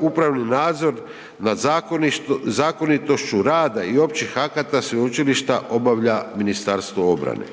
Upravni nadzor nad zakonitošću rada i općih akata sveučilišta obavlja Ministarstvo obrane.